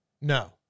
No